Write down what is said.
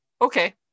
okay